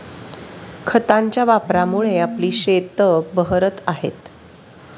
खतांच्या वापरामुळे आपली शेतं बहरत आहेत